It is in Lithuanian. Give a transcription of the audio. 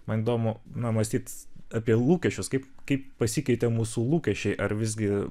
man įdomu na mąstyt apie lūkesčius kaip kaip pasikeitė mūsų lūkesčiai ar visgi